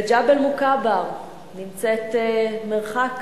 וג'בל-מוכבר נמצאת מרחק